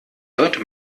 sollte